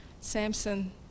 Samson